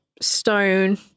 stone